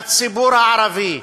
לציבור הערבי,